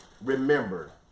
remember